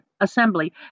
Assembly